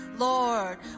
Lord